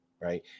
right